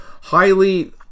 highly